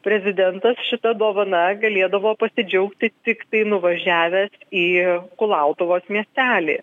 prezidentas šita dovana galėdavo pasidžiaugti tiktai nuvažiavęs į kulautuvos miestelį